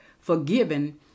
forgiven